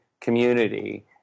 community